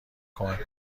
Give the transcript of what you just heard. کمک